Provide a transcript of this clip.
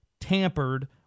tampered